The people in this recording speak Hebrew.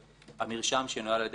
המרשם שינוהל על-ידי החטיבה,